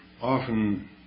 often